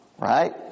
right